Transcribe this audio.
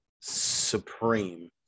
supreme